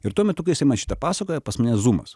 ir tuo metu kai jis man šitą pasakoja pas mane zumas